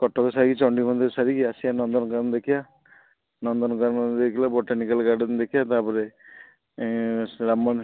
କଟକ ସାରିକି ଚଣ୍ଡୀମନ୍ଦିର ସାରିକି ଆସିବା ନନ୍ଦନକାନନ ଦେଖିବା ନନ୍ଦନକାନନ ଦେଖିଲେ ବୋଟାନିକାଲ୍ ଗାର୍ଡ଼େନ୍ ଦେଖିବା ତା'ପରେ ରାମ ମନ୍ଦିର